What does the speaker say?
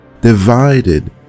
divided